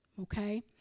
Okay